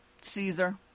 Caesar